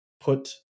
put